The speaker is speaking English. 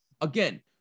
again